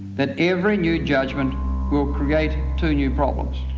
that every new judgment will create two new problems.